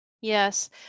Yes